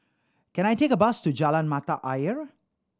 can I take a bus to Jalan Mata Ayer